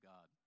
God